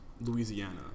Louisiana